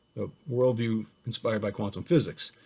world view inspired by quantum physics.